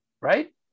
Right